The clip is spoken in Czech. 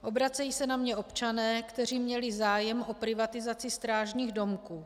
Obracejí se na mě občané, kteří měli zájem o privatizaci strážních domků.